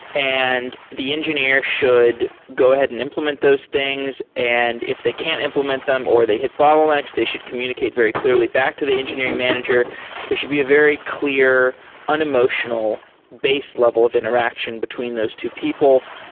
and the engineer should go ahead and implement those things. and if they can't implement them or they hit bottlenecks, they should communicate very clearly back to the engineering manager. there should be a very clear unemotional base level of interaction between those two people.